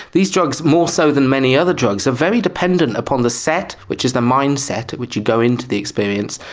these drugs, more so than many other drugs, are very dependent upon the set, which is the mindset at which you go into the experience,